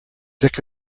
sick